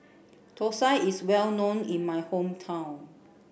Thosai is well known in my hometown